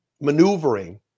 maneuvering